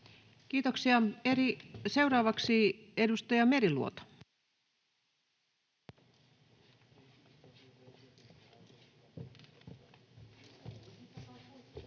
Kiitoksia. — Seuraavaksi edustaja Meriluoto. [Speech